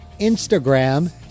Instagram